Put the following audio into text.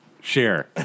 Share